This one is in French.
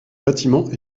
bâtiment